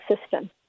system